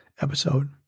episode